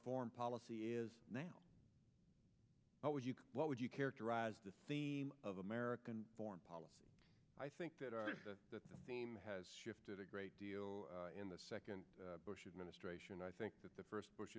foreign policy is now how would you what would you characterize the theme of american foreign policy i think that that theme has shifted a great deal in the second bush administration i think that the first bush